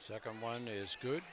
second one is good